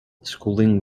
schooling